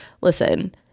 Listen